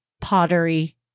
Pottery